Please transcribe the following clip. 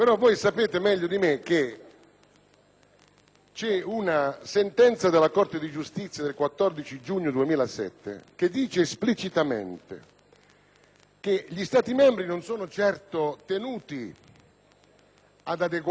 che gli Stati membri non sono certo tenuti ad adeguarsi prima che vi sia il termine perentorio, ma in pendenza di tale termine, essi devono astenersi dall'adottare disposizioni